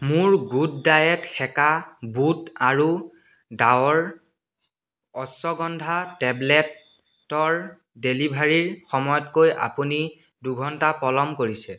মোৰ good diet সেকা বুট আৰু ডাৱৰ অশ্বগন্ধা টেবলেটৰ ডেলিভাৰীৰ সময়তকৈ আপুনি দুঘণ্টা পলম কৰিছে